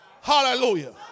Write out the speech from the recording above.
Hallelujah